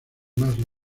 más